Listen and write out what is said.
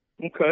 Okay